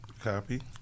copy